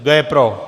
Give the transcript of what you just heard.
Kdo je pro?